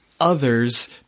others